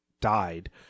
died